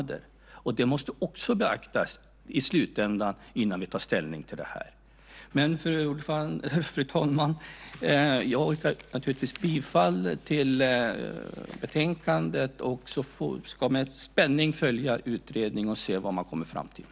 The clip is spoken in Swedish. Det måste också beaktas i slutändan, innan vi tar ställning. Men, fru talman, jag yrkar naturligtvis bifall till förslaget i betänkandet och ska med spänning följa utredningen och se vad man kommer fram till.